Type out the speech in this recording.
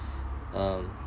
um